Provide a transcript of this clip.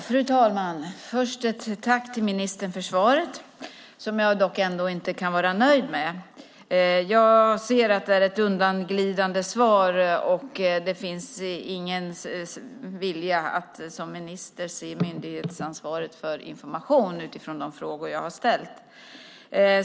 Fru talman! Jag tackar ministern för svaret, vilket jag dock inte kan vara nöjd med. Det är ett undanglidande svar, och det finns ingen vilja från ministern att se myndighetsansvaret för information utifrån de frågor som jag har ställt.